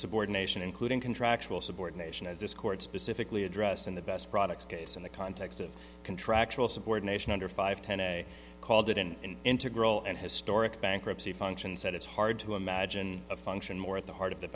subordination including contractual subordination as this court specifically addressed in the best products case in the context of contractual subordination under five ten and called it an integral and historic bankruptcy function set it's hard to imagine a function more at the heart of the